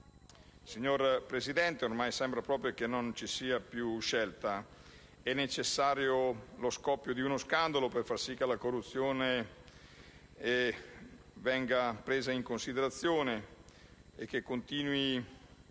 Signor Presidente, ormai sembra proprio che non vi sia più scelta: è necessario lo scoppio di uno scandalo per fare in modo che la corruzione venga presa in considerazione e che continui a